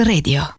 Radio